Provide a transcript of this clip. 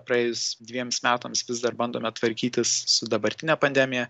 praėjus dvejiems metams vis dar bandome tvarkytis su dabartine pandemija